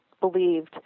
believed